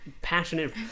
passionate